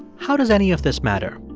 how does any of this matter?